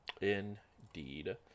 Indeed